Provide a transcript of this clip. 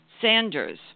Sanders